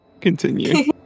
Continue